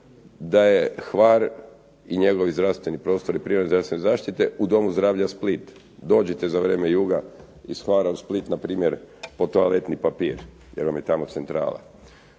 da je Hvar i njegovi zdravstveni prostori primarne zdravstvene zaštite u Domu zdravlja Split. Dođite za vrijeme juga iz Hvara u Split na primjer po toaletni papir jer vam je tamo centrala.